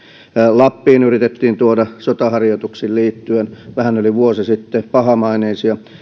lappiin yritettiin tuoda sotaharjoituksiin liittyen vähän yli vuosi sitten pahamaineisia